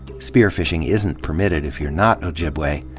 spearfishing isn't permitted if you're not ojibwe,